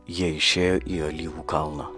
jie išėjo į alyvų kalną